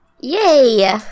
yay